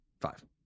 Five